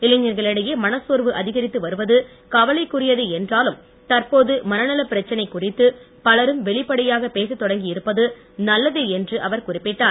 இளைஞர்களிடையே மனச்சோர்வு அதிகரித்து வருவது கவலைக்குரியதே என்றாலும் தற்போது மனநலப் பிரச்சனை குறித்து பலரும் வெளிப்படையாக பேசத் தொடங்கியிருப்பது நல்லதே என்று அவர் குறிப்பிட்டார்